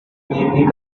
mainly